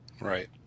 Right